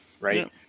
right